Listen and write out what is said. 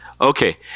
okay